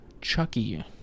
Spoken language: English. Chucky